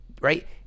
Right